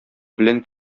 белән